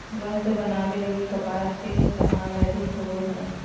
वस्त्र बनावे लगी कपास के इस्तेमाल अधिक होवो हय